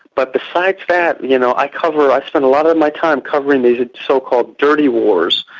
but besides that, you know, i cover, i spend a lot of my time covering these ah so-called dirty wars,